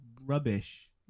rubbish